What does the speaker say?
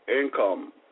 income